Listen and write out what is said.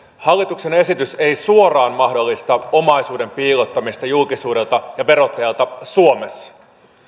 hallituksen esitys ei suoraan mahdollista omaisuuden piilottamista julkisuudelta ja verottajalta suomessa